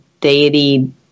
deity